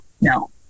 no